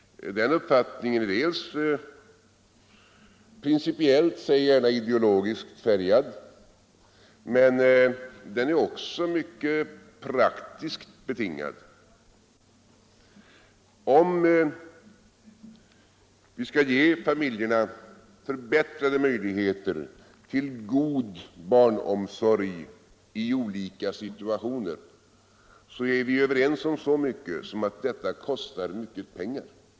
Den uppfattningen är dels principiellt — säg gärna ideologiskt — färgad men dels också mycket praktiskt betingad. Om vi skall ge familjerna förbättrade möjligheter till god barnomsorg i olika situationer är vi överens om att den barnomsorgen kostar mycket pengar.